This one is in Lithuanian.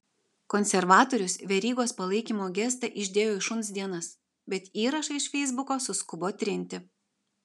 konservatorius verygos palaikymo gestą išdėjo į šuns dienas bet įrašą iš feisbuko suskubo trinti